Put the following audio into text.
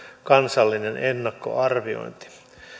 kansallinen ennakkoarviointi